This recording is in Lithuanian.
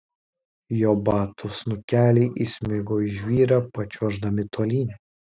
jo batų snukeliai įsmigo į žvyrą pačiuoždami tolyn